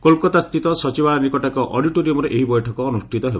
କୋଲ୍କତାସ୍ଥିତ ସଚିବାଳୟ ନିକଟ ଏକ ଅଡିଟୋରିୟମ୍ରେ ଏହି ବୈଠକ ଅନୁଷ୍ଠିତ ହେବ